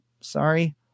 sorry